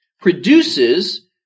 produces